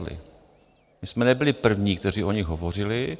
My jsme nebyli první, kteří o nich hovořili.